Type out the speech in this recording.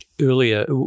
earlier